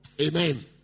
Amen